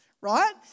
right